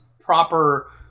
proper